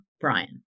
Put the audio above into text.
Brian